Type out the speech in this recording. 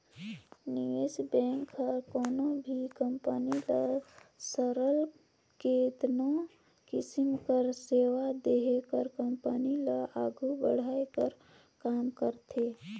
निवेस बेंक हर कोनो भी कंपनी ल सरलग केतनो किसिम ले सेवा देहे कर कंपनी ल आघु बढ़ाए कर काम करथे